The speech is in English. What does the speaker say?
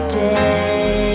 day